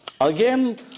Again